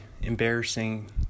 embarrassing